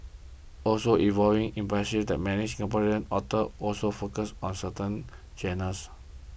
also evolving impression that many Singaporean authors also focus on certain genres